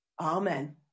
Amen